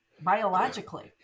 Biologically